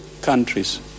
countries